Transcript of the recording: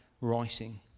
writing